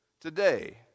today